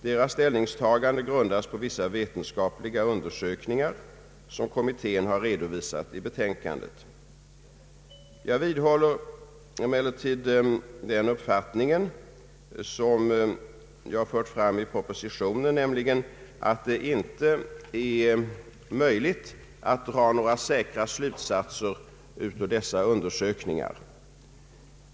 Deras ställningstagande grundas på vissa vetenskapliga undersökningar, som kommittén har redovisat i betänkandet. Jag vidhåller den uppfattning som jag har fört fram i propositionen, nämligen att det inte är möjligt att dra några säkra slutsatser av dessa undersökningar.